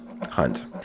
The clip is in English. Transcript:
hunt